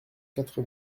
quatre